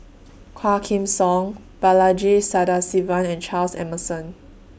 Quah Kim Song Balaji Sadasivan and Charles Emmerson